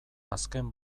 azken